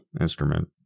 instrument